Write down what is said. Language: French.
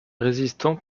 résistant